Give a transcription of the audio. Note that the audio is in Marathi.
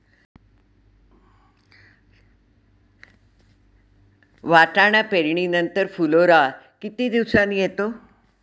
वाटाणा पेरणी नंतर फुलोरा किती दिवसांनी येतो?